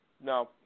No